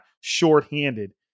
shorthanded